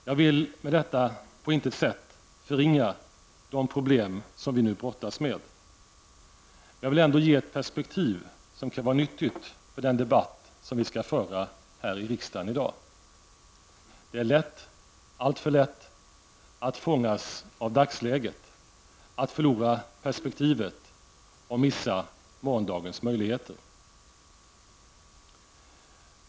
Jag vill med detta på intet sätt förringa de problem som vi nu brottas med, men jag vill ändå ge ett perspektiv som kan vara nyttigt för den debatt som vi skall föra här i riksdagen i dag. Det är lätt, alltför lätt, att fångas av dagsläget, att förlora perspektivet och missa morgondagens möjligheter.